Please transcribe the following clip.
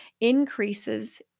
increases